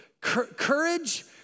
courage